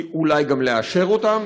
אולי גם לאשר אותן,